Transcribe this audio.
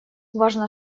важно